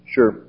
Sure